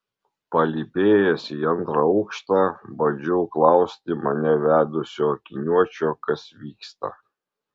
palypėjęs į antrą aukštą bandžiau klausti mane vedusio akiniuočio kas vyksta